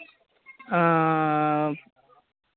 ᱚᱻ